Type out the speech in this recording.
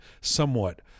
somewhat